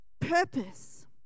purpose